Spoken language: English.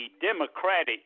Democratic